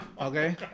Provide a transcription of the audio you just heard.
Okay